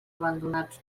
abandonats